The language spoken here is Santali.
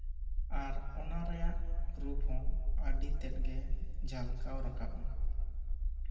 ᱟᱨ ᱚᱱᱟ ᱨᱮᱭᱟᱜ ᱨᱩᱯ ᱛᱮᱫ ᱦᱚᱸ ᱟ ᱰᱤ ᱛᱮᱫ ᱜᱮ ᱡᱷᱟᱞᱠᱟᱣ ᱨᱟᱠᱟᱵᱼᱟ